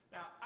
Now